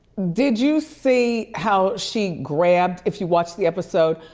did you see how she grabbed, if you watched the episode,